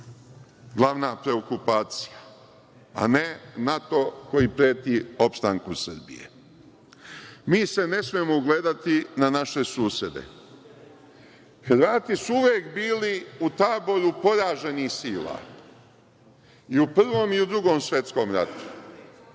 glavna preokupacija, a ne NATO koji preti opstanku Srbije. Mi se ne smemo ugledati na naše susede. Hrvati su uvek bili u taboru poraženih sila, i u Prvom i u Drugom svetskom ratu.